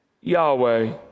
Yahweh